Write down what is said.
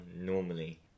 normally